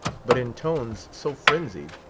but in tones so frenzied,